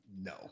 no